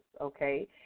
okay